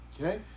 okay